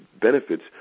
benefits